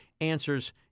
answers